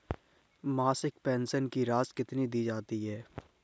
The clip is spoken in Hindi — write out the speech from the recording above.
मासिक पेंशन की राशि कितनी दी जाती है?